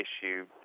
issue